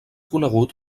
conegut